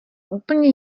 úplně